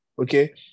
Okay